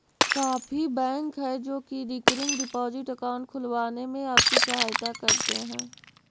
काफी बैंक हैं जो की रिकरिंग डिपॉजिट अकाउंट खुलवाने में आपकी सहायता करते हैं